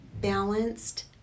balanced